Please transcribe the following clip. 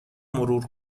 مرور